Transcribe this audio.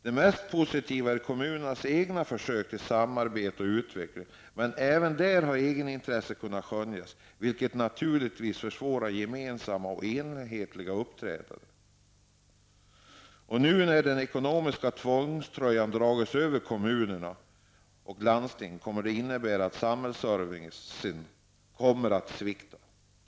Det mest positiva är kommunernas egna försök till samarbete och utveckling, men även där har egenintresset kunnat skönjas, vilket naturligtvis försvårar ett gemensamt och enhetligt uppträdande. Nu när den ekonomiska tvångströjan har dragits över kommunerna och landstingen kommer det att innebära att samhällsservicen kommer att svikta.